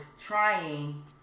trying